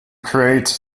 create